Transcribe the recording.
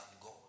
God